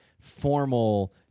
formal